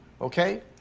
okay